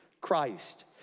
Christ